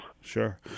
Sure